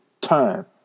time